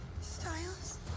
Styles